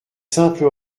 simple